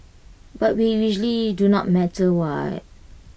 but we usually do not matter what